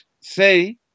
say